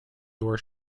door